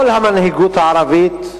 כל המנהיגות הערבית,